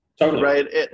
right